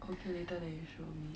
okay later then you show me